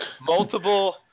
multiple